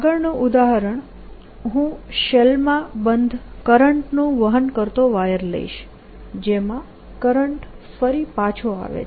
આગળનું ઉદાહરણમાં હું શેલ માં બંધ કરંટનું વહન કરતો વાયર લઈશ જેમાં કરંટ ફરી પાછો આવે છે